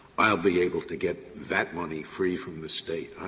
i'll be able to get that money free from the state.